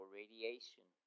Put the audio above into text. radiation